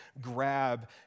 grab